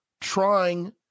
trying